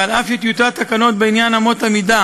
ואף שטיוטת התקנות בעניין אמות המידה